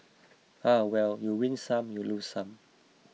ah well you win some you lose some